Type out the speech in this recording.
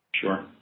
sure